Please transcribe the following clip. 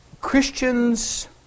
Christians